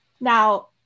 Now